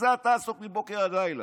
בזה אתה עסוק מבוקר עד לילה.